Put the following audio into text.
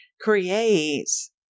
creates